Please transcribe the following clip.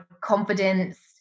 confidence